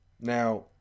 Now